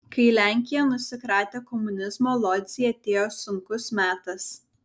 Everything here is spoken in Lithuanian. kai lenkija nusikratė komunizmo lodzei atėjo sunkus metas